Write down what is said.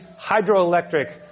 hydroelectric